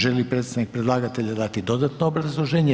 Želi li predstavnik predlagatelja dati dodatno obrazloženje?